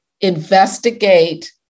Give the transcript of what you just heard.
investigate